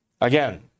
again